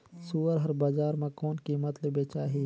सुअर हर बजार मां कोन कीमत ले बेचाही?